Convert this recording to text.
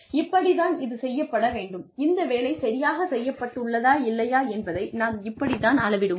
இப்படித் தான் இது செய்யப்பட வேண்டும் இந்த வேலை சரியாகச் செய்யப்பட்டுள்ளதா இல்லையா என்பதை நாம் இப்படி தான் அளவிடுவோம்